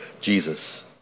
Jesus